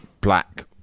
black